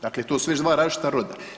Dakle, to su već 2 različita roda.